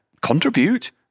contribute